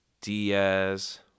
Diaz